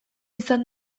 izan